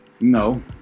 No